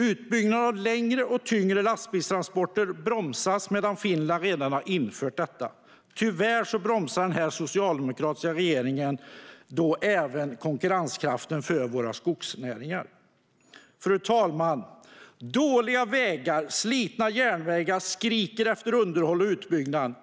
Utbyggnaden av längre och tyngre lastbilstransporter bromsas medan Finland redan infört detta. Tyvärr bromsar den socialdemokratiska regeringen då även konkurrenskraften för våra skogsnäringar. Fru talman! Dåliga vägar och slitna järnvägar skriker efter underhåll och utbyggnad.